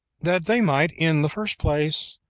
that they might, in the first place,